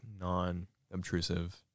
non-obtrusive